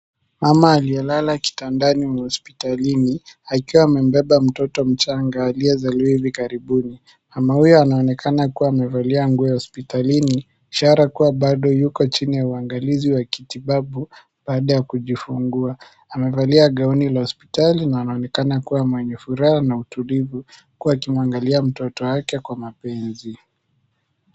Mama aliyelala kitandani mwa hospitalini akiwa amembeba mtoto mchanga aliyezaliwa karibuni. Mama huyu anaonekana kuwa amevalia nguo ya hospitalini, ishara kuwa bado yuko chini ya uangalizi wa kitibabu baada ya kujifungua. Amevalia gauni la hospitali na wanaonekana kuwa mwenye furaha na mtulivu, huku akimwangalia mtoto wake kwa mapenzi.